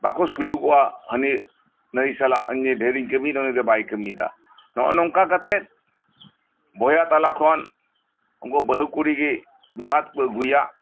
ᱵᱟᱠᱚ ᱥᱩᱞᱩᱠᱚᱜᱼᱟ ᱦᱟᱱᱤ ᱱᱟᱹᱭ ᱥᱟᱞᱟᱜ ᱤᱧ ᱫᱷᱮᱨᱤᱧ ᱠᱟᱢᱤ ᱮᱫᱟ ᱩᱱᱤ ᱫᱚ ᱵᱟᱭ ᱠᱟᱢᱤ ᱮᱫᱟ ᱱᱚᱜᱼᱚᱭ ᱱᱚᱝᱠᱟ ᱠᱟᱛᱮᱫ ᱵᱚᱭᱦᱟ ᱛᱟᱞᱟ ᱠᱷᱚᱱ ᱩᱝᱠᱩ ᱵᱟᱦᱩ ᱠᱩᱲᱤ ᱜᱮ ᱵᱤᱵᱟᱹᱫᱽ ᱠᱚ ᱟᱜᱩᱭᱟ